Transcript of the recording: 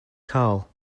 carl